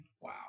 Wow